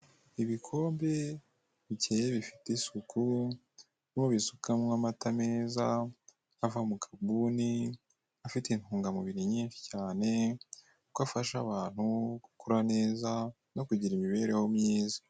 Ibikombe bikeye bifite isuku aho babisukamo amata meza ava mu kabuni afite intungamubiri nyinshi cyane ko afasha abantu gukura neza no kugira imibereho myiza.